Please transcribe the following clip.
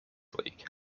league